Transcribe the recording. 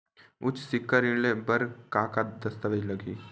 उच्च सिक्छा ऋण ले बर का का दस्तावेज लगही?